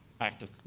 active